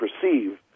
perceive